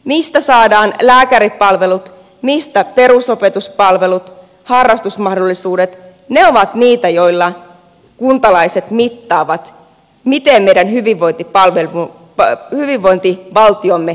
mistä saadaan lääkäripalvelut mistä perusopetuspalvelut harrastusmahdollisuudet ne ovat niitä joilla kuntalaiset mittaavat miten meidän hyvinvointivaltiomme oikein toimii